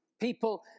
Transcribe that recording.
People